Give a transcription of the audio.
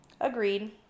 agreed